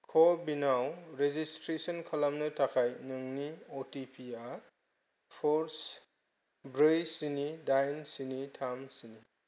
क'विनाव registration खालामनो थाखाय नोंनि अ टि पि या ब्रै स्नि दाइन स्नि थाम स्नि